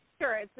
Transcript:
Sure